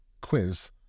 quiz